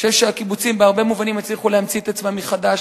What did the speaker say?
אני חושב שהקיבוצים בהרבה מובנים הצליחו להמציא את עצמם מחדש,